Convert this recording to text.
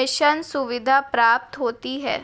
mission सुविधा प्राप्त होती है